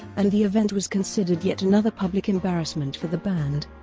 and the event was considered yet another public embarrassment for the band.